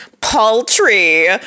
paltry